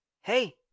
Hey